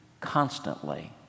constantly